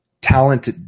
talent